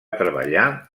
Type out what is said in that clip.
treballar